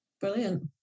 brilliant